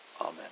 Amen